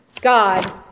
God